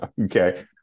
Okay